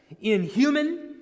inhuman